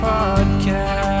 Podcast